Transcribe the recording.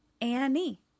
Annie